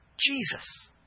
Jesus